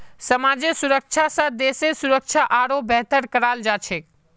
समाजेर सुरक्षा स देशेर सुरक्षा आरोह बेहतर कराल जा छेक